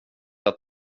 att